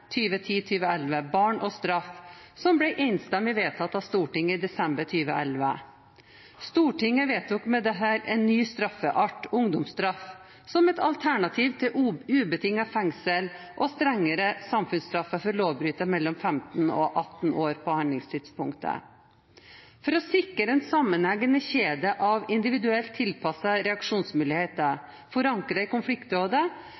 for 2010–2011, barn og straff, som ble enstemmig vedtatt av Stortinget i desember 2011. Stortinget vedtok med dette en ny straffart, ungdomsstraff, som et alternativ til ubetinget fengsel og strengere samfunnsstraffer for lovbrytere mellom 15 og 18 år på handlingstidspunktet. For å sikre en sammenhengende kjede av individuelt